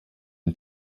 den